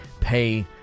pay